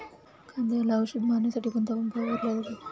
कांद्याला औषध मारण्यासाठी कोणता पंप वापरला जातो?